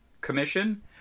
Commission